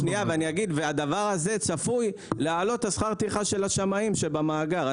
הדבר הזה צפוי להעלות את שכר הטרחה של השמאים במאגר.